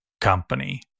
company